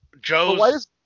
Joe's